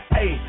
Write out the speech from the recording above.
hey